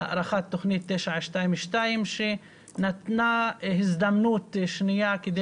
הארכת תכנית 922 שנתנה הזדמנות שנייה כדי